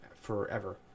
forever